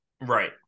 Right